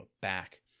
back